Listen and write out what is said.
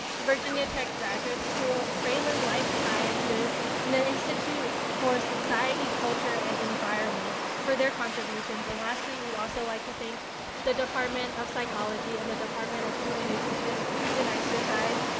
virginia tech graduate school, fralin life sciences and the institute for society, culture and environment for their contributions, and lastly we also would like to thank the department of psychology and the department of human nutrition, foods and exercise,